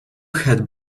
had